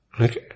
Okay